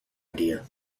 idea